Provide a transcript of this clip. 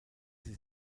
sie